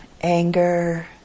anger